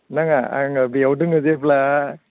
नाङा आङो बियाव दोङो जेब्ला